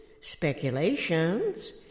Speculations